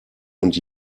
und